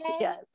Yes